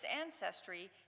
ancestry